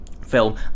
film